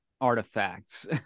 artifacts